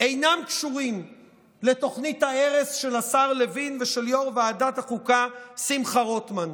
אינם קשורים לתוכנית ההרס של השר לוין ושל יו"ר ועדת החוקה שמחה רוטמן,